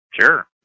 Sure